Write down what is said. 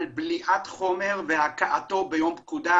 בליעת חומר והקאתו ביום פקודה,